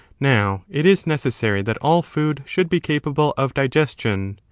now it is necessary that all food should be capable of digestion,